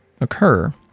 occur